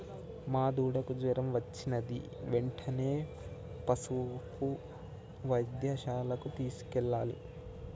మా దూడకు జ్వరం వచ్చినది వెంటనే పసుపు వైద్యశాలకు తీసుకెళ్లాలి